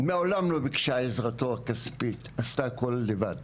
מעולם לא ביקשה את עזרתו הכספית, עשתה הכול לבד,